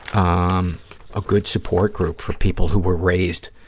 um a good support group for people who were raised